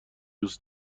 دوست